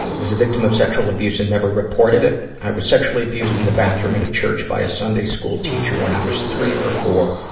was a victim of sexual abuse and never reported it. i was sexually abused in the bathroom at a church by a sunday school teacher when i was three or four,